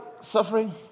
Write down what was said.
Suffering